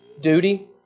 duty